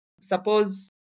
suppose